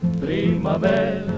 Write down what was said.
primavera